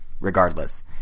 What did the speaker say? regardless